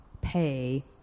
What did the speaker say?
pay